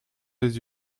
les